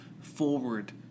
forward